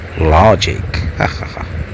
logic